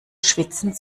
schwitzen